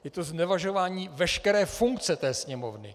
Je to znevažování veškeré funkce Sněmovny.